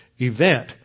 event